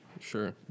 Sure